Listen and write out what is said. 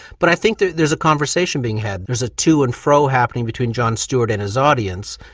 but i think there's there's a conversation being had, there is a to and fro happening between jon stewart and his audience,